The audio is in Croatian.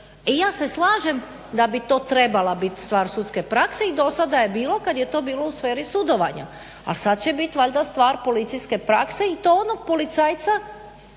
I ja se slažem da bi to trebala biti stvar sudske prakse i dosada je bilo kad je to bilo u sferi sudovanja. Ali sad će biti valjda stvar policijske prakse i to onog policajca